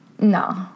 No